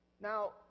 Now